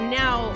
now